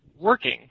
working